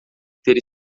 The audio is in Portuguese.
ter